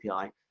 API